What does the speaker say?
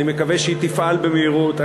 אני מקווה שהיא תפעל במהירות.